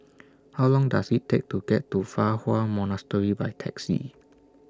How Long Does IT Take to get to Fa Hua Monastery By Taxi